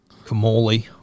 Kamali